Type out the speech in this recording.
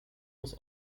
was